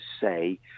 say